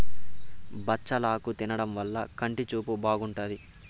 బచ్చలాకు తినడం వల్ల కంటి చూపు బాగుంటాది